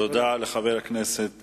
תודה לחבר הכנסת